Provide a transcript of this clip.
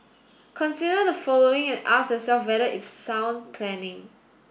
consider the following and ask yourself whether it's sound planning